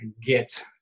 get